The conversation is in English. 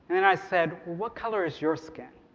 then i said, what color is your skin?